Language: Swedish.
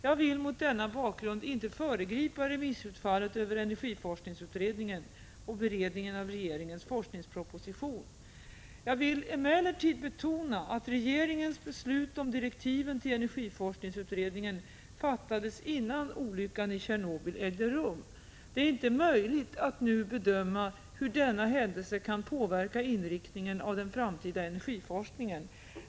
Jag vill mot denna bakgrund inte föregripa remissutfallet när det gäller energiforskningsutredningen och beredningen av regeringens forskningsproposition. Jag vill emellertid betona att regeringens beslut om direktiven till energiforskningsutredningen fattades innan olyckan i Tjernobyl ägde rum. Det är inte möjligt att nu bedöma hur denna händelse kan påverka inriktningen av den framtida energiforskningen.